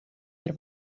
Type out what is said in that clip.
der